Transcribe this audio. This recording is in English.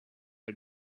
are